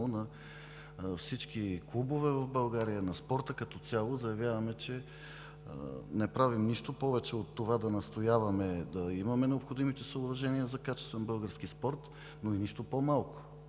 на всички клубове в България, на спорта като цяло, заявяваме, че не правим нищо повече от това да настояваме да имаме необходимите съоръжения за качествен български спорт, но и нищо по-малко.